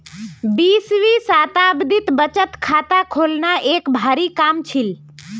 बीसवीं शताब्दीत बचत खाता खोलना एक भारी काम छील